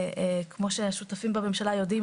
כפי שהשותפים בממשלה יודעים,